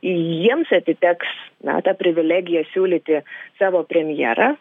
jiems atiteks na ta privilegija siūlyti savo premjerą